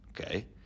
Okay